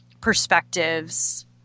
perspectives